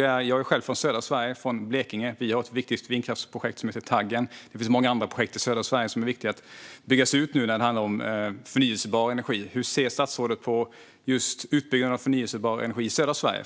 Jag är själv från södra Sverige, från Blekinge. Vi har ett viktigt vindkraftsprojekt som heter Taggen. Det finns många andra projekt i södra Sverige som är viktiga att bygga ut när det handlar om förnybar energi. Hur ser statsrådet på utbyggnaden av förnybar energi i södra Sverige?